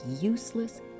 useless